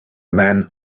man